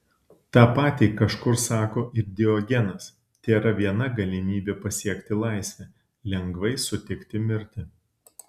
tą patį kažkur sako ir diogenas tėra viena galimybė pasiekti laisvę lengvai sutikti mirtį